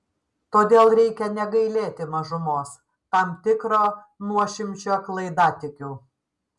todėl reikia negailėti mažumos tam tikro nuošimčio klaidatikių